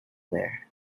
there